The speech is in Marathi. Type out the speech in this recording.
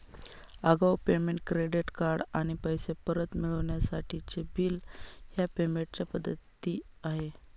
आगाऊ पेमेंट, क्रेडिट कार्ड आणि पैसे परत मिळवण्यासाठीचे बिल ह्या पेमेंट च्या पद्धती आहे